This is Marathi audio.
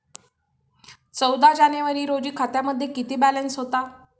चौदा जानेवारी रोजी खात्यामध्ये किती बॅलन्स होता?